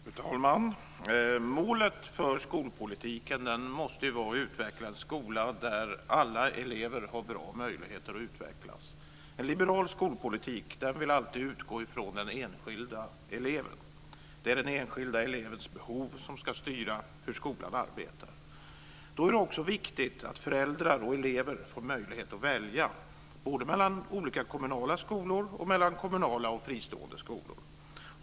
Fru talman! Målet för skolpolitiken måste vara att utveckla en skola där alla elever har bra möjligheter att utvecklas. En liberal skolpolitik vill alltid utgå från den enskilda eleven. Det är den enskilda elevens behov som ska styra hur skolan arbetar. Då är det också viktigt att föräldrar och elever får möjlighet att välja, både mellan olika kommunala skolor och mellan kommunala och fristående skolor.